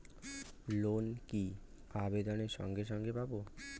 Loan কি আবেদনের সঙ্গে সঙ্গে পাব?